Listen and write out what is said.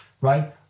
right